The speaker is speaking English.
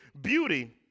beauty